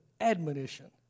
admonition